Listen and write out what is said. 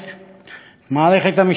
מערכת המשפט הצבאית,